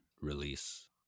release